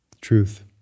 truth